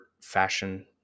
fashion